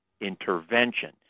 intervention